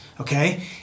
okay